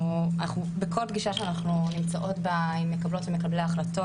בכל פגישה שאנחנו נמצאות בה עם מקבלות ומקבלי החלטות,